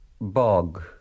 bog